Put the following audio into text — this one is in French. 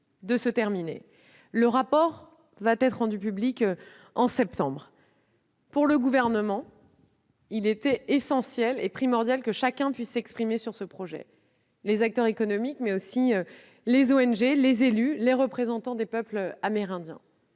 de se terminer. Le rapport sera rendu public en septembre. Pour le Gouvernement, il était primordial que chacun puisse s'exprimer sur ce projet : les acteurs économiques, les ONG, les élus, mais aussi les représentants des peuples amérindiens.